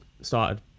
started